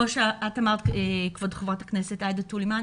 כמו שאמרה חברת הכנסת עאידה תומא סלימאן,